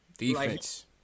defense